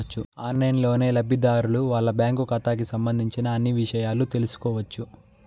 ఆన్లైన్లోనే లబ్ధిదారులు వాళ్ళ బ్యాంకు ఖాతాకి సంబంధించిన అన్ని ఇషయాలు తెలుసుకోవచ్చు